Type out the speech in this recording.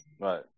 Right